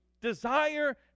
desire